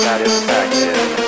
Satisfaction